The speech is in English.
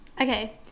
okay